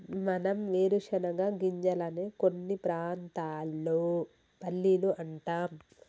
మనం వేరుశనగ గింజలనే కొన్ని ప్రాంతాల్లో పల్లీలు అంటాం